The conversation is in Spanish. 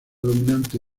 dominante